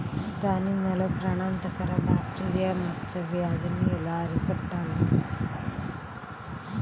దానిమ్మలో ప్రాణాంతక బ్యాక్టీరియా మచ్చ వ్యాధినీ ఎలా అరికట్టాలి?